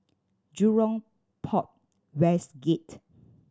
Jurong Port West Gate